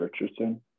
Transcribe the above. Richardson